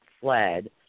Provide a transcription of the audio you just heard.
fled